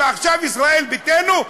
ועכשיו ישראל ביתנו,